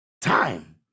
time